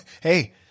Hey